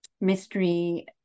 mystery